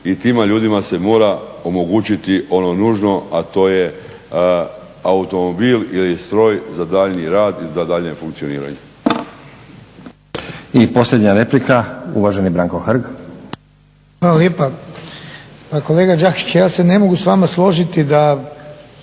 i tima ljudima se mora omogućiti ono nužno a to je automobil ili stroj za daljnji rad i za daljnje funkcioniranje. **Stazić, Nenad (SDP)** I posljednja replika, uvaženi Branko Hrg. **Hrg, Branko (HSS)** Hvala. Pa kolega Đakiću ja se ne mogu s vama složiti da